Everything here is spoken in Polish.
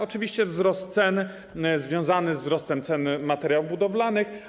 Oczywiście wzrost cen związany ze wzrostem cen materiałów budowlanych.